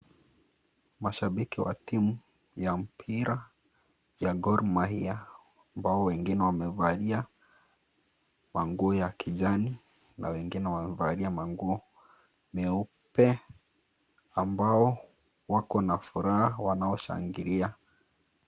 Bashabiki wa timu ya mpira ya Gor Mahia, ambao wengine wamevalia manguo ya kijani, na wengine wamevalia manguo meupe, ambao wako na furaha wanaoshangilia.